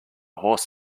horse